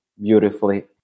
beautifully